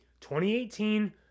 2018